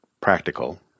practical